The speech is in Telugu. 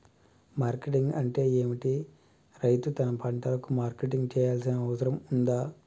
మార్కెటింగ్ అంటే ఏమిటి? రైతు తన పంటలకు మార్కెటింగ్ చేయాల్సిన అవసరం ఉందా?